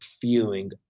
feeling